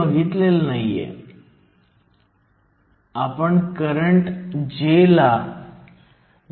तर e दिले आहेत h दिले आहेत बाकी सर्व काही स्थिर आहे